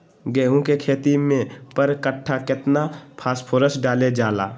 गेंहू के खेती में पर कट्ठा केतना फास्फोरस डाले जाला?